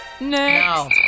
No